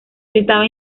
estaba